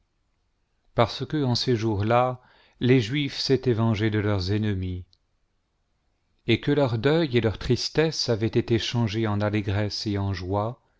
parce que en ces jours-là les juifs s'étaient vengés de leurs ennemis et que leur deuil et leur tristesse avaient été changés en allégresse et en joie